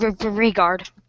regard